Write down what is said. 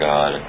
God